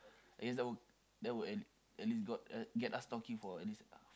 I guess that will that will at at least got uh get us talking for at least uh